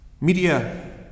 Media